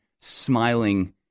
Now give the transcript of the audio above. smiling